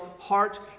heart